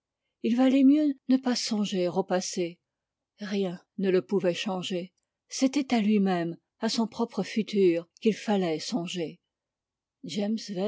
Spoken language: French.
il valait mieux ne pas songer au passé rien ne le pouvait changer c'était à lui-même à son propre futur qu'il fallait songer james